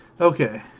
Okay